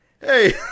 hey